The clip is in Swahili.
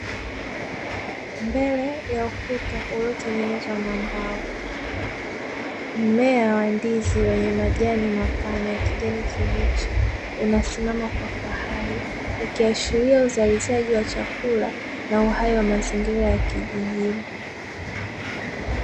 Mbele ya ukuta uliotengenezwa na mbao. Mmea wa ndizi wenye majani mapana ya kijani kibichi, unasimama kwa fahari ukiashiria uzalishaji wa chakula na uhai wa mazingira ya kijijini.